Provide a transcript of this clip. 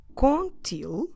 contil